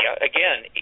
again